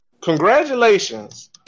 congratulations